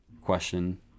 question